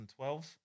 2012